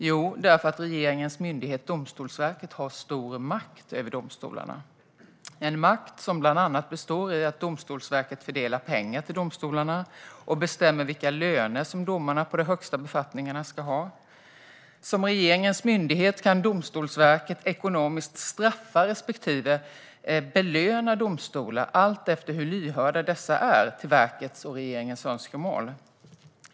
Jo, för att regeringens myndighet Domstolsverket har stor makt över domstolarna. Det är en makt som bland annat består i att Domstolsverket fördelar pengar till domstolarna och bestämmer vilka löner som domarna på de högsta befattningarna ska ha. Som regeringens myndighet kan Domstolsverket ekonomiskt straffa respektive belöna domstolar, alltefter hur lyhörda dessa är till verkets och regeringens önskemål.